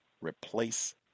Replace